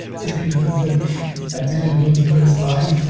didn't didn't mean to and didn't mean to put his body